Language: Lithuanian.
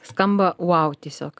skamba vau tiesiog